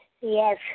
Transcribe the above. Yes